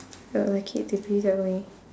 I will like it to be that way